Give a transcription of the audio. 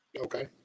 Okay